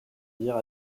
dire